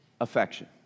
affection